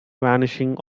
vanishing